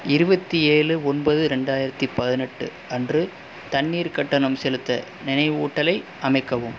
இருபத்தி ஏழு ஒன்பது ரெண்டாயிரத்தி பதினெட்டு அன்று தண்ணீர் கட்டணம் செலுத்த நினைவூட்டலை அமைக்கவும்